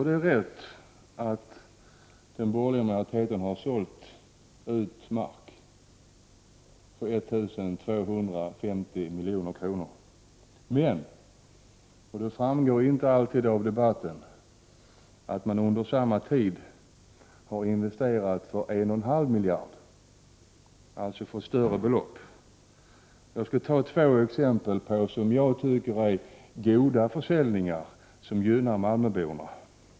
Det är rätt att den borgerliga majoriteten har sålt ut mark för 1 250 milj.kr. Men, och det framgår inte alltid av debatten, man har under samma tid investerat för en och en halv miljard, alltså för ett större belopp. Jag skall ta två exempel på det jag tycker är goda försäljningar, som gynnar malmöborna.